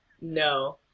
No